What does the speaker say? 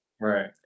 Right